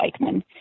Eichmann